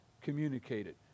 communicated